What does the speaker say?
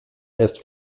erst